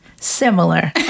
Similar